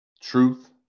Truth